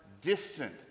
distant